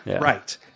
Right